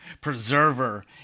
preserver